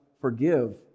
forgive